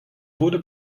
wurde